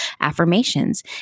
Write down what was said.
affirmations